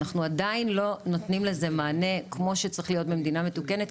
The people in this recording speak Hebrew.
ואנחנו עדיין לא נותנים לזה מענה כמו שצריך להיות במדינה מתוקנת.